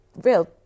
real